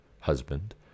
husband